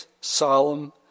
solemn